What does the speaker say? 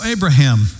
Abraham